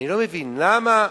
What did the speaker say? אני לא מבין למה,